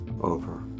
over